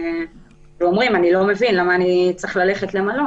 הם לא מבינים למה הם צריכים ללכת למלון.